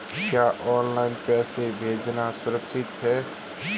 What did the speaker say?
क्या ऑनलाइन पैसे भेजना सुरक्षित है?